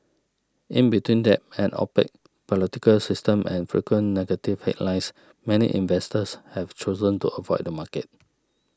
in between debt an opaque political system and frequent negative headlines many investors have chosen to avoid the market